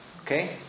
Okay